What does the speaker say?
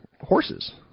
horses